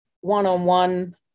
one-on-one